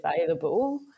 available